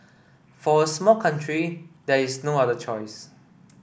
for a small country there is no other choice